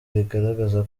rigaragaza